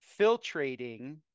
filtrating